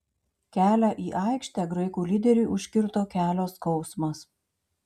kelią į aikštę graikų lyderiui užkirto kelio skausmas